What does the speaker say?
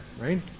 right